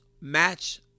match